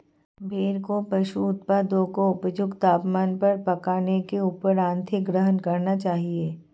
भेड़ को पशु उत्पादों को उपयुक्त तापमान पर पकाने के उपरांत ही ग्रहण करना चाहिए